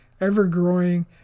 ever-growing